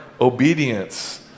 obedience